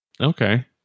Okay